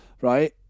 right